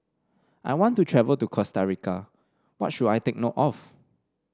I want to travel to Costa Rica what should i take note of